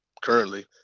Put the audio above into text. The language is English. currently